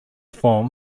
form